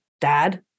dad